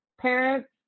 parents